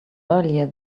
earlier